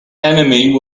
enemy